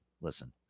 listen